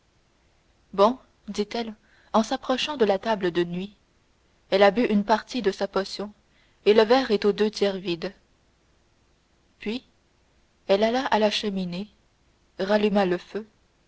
bon dit-elle en s'approchant de la table de nuit elle a bu une partie de sa potion le verre est aux deux tiers vide puis elle alla à la cheminée ralluma le feu